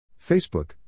Facebook